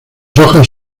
hojas